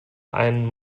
ein